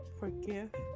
forgive